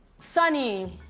sunny,